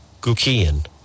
Gukian